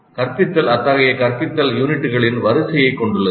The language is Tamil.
கற்பித்தல் அத்தகைய கற்பித்தல் யூனிட்டுகளின் வரிசையைக் கொண்டுள்ளது